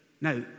Now